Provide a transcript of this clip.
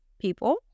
people